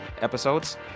episodes